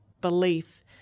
belief